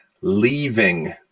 leaving